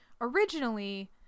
originally